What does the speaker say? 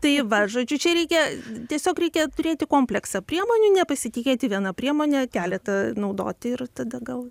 tai va žodžiu čia reikia tiesiog reikia turėti kompleksą priemonių nepasitikėti viena priemone keletą naudoti ir tada gal